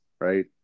right